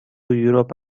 europe